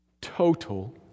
Total